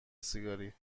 سیگاری